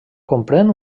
comprèn